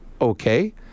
okay